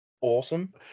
awesome